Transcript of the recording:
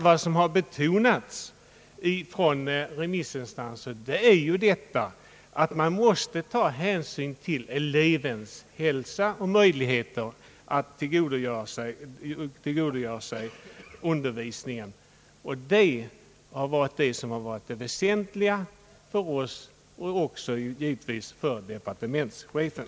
Vad de först nämnda remissinstanserna betonat är ju att man måste ta hänsyn till elevens hälsa och möjligheter att tillgodogöra sig undervisningen. Detta har varit det väsentliga för oss och givetvis också även för departementschefen.